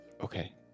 Okay